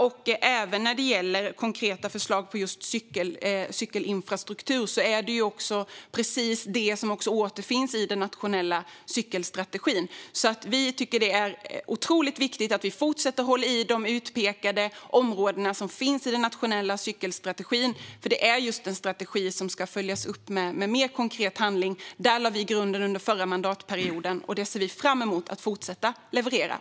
I den nationella cykelstrategin finns konkreta förslag för cykelinfrastruktur. Vi tycker att det är otroligt viktigt att vi fortsätter att hålla i de utpekade områden som finns i den nationella cykelstrategin. Det är en strategi som ska följas upp med mer konkret handling. Vi lade grunden under förra mandatperioden och ser fram emot att fortsätta leverera.